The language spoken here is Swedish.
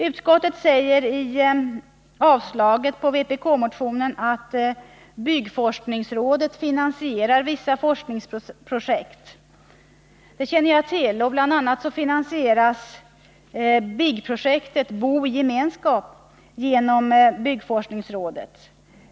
Utskottet säger i sitt yrkande om avslag på vpk-motionen att byggforskningsrådet finansierar vissa forskningsprojekt. Det känner jag till; bl.a. finansieras BIG-projektet — bo i gemenskap — genom byggforskningsrådet.